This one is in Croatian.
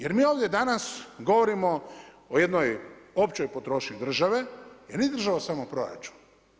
Jer mi ovdje danas govorimo o jednoj općoj potrošnji države jer nije država samo proračun.